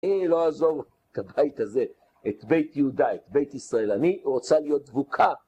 אנילא אעזוב את הבית הזה, את בית יהודה, את בית ישראל, הוא רוצה להיות דבוקה.